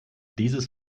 dieses